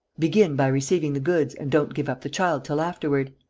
begin by receiving the goods and don't give up the child till afterward.